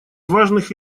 важных